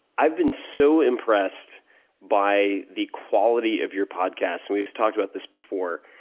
i've been so impressed by the quality of your podcast, and we've talked about this before,